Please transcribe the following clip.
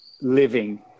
living